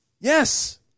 Yes